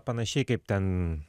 panašiai kaip ten